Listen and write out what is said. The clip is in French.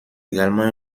également